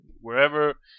wherever